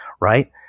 right